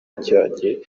ajyanye